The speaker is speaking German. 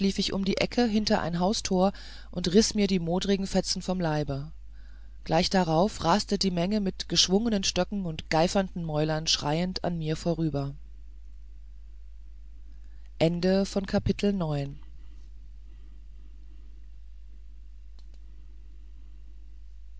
ich um die ecke hinter ein haustor und riß mir die modrigen fetzen vom leibe gleich darauf raste die menge mit geschwungenen stöcken und geifernden mäulern schreiend an mir vorüber